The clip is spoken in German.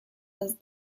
das